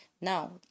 Now